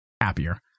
happier